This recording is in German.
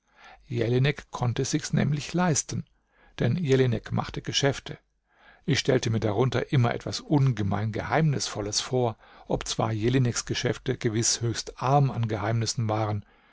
jelinek konnte sich's nämlich leisten denn jelinek machte geschäfte ich stellte mir darunter immer etwas ungemein geheimnisvolles vor obzwar jelineks geschäfte gewiß höchst arm an geheimnissen waren